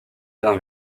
d’un